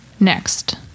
Next